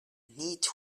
need